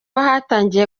hatangiye